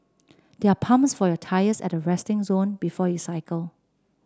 there are pumps for your tyres at the resting zone before you cycle